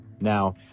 Now